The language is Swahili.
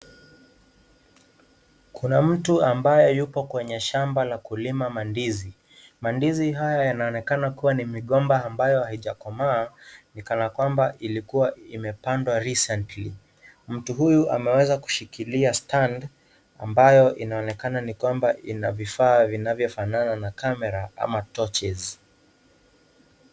Kuna mtu ambaye yupo kwenye shamba yla kulima mandizi, mandizi haya yanainekana kuwa ni migomba ambayao haijakomaa ni kana kwamba ilikuwa imepandwa recently , mtu huyu ameweza kushikilia stand ambayo inaonekana ni kwamba ina vifaa vinavyo fanana na kamera ama touches .